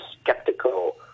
skeptical